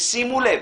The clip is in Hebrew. ושימו לב,